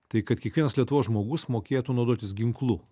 tai kad kiekvienas lietuvos žmogus mokėtų naudotis ginklu